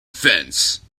fence